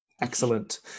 Excellent